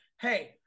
Hey